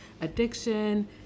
addiction